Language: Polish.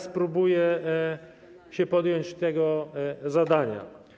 Spróbuję się podjąć tego zadania.